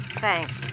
Thanks